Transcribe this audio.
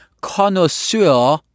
connoisseur